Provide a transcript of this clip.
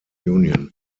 union